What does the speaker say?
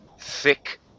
thick